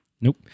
Nope